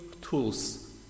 tools